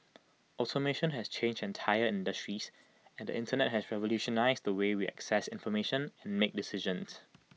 automation has changed entire industries and the Internet has revolutionised the way we access information and make decisions